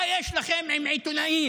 מה יש לכם עם עיתונאים?